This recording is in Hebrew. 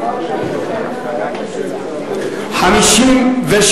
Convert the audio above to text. תירוש לסעיף 19 לא נתקבלה.